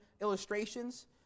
illustrations